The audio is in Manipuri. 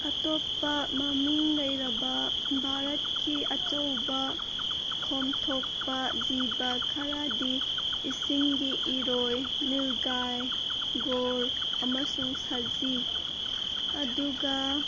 ꯑꯇꯣꯞꯄ ꯃꯃꯤꯡ ꯂꯩꯔꯕ ꯚꯥꯔꯠꯀꯤ ꯑꯆꯧꯕ ꯈꯣꯝ ꯊꯣꯛꯄ ꯖꯤꯕ ꯈꯔꯗꯤ ꯏꯁꯤꯡꯒꯤ ꯏꯔꯣꯏ ꯅꯤꯜꯒꯥꯏ ꯒꯣꯔ ꯑꯃꯁꯨꯡ ꯁꯖꯤ ꯑꯗꯨꯒ